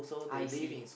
I see